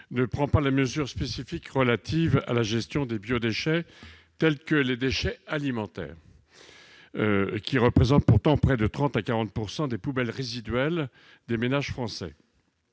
ne contient pas de mesure spécifique relative à la gestion des biodéchets, tels que les déchets alimentaires, qui représentent 30 % à 40 % des poubelles résiduelles des ménages des Français.